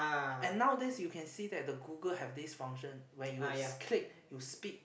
and nowadays you can see that the Google have this function when you click you speak